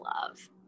love